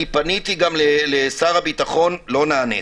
פניתי גם לשר הביטחון ולא נעניתי.